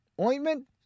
ointment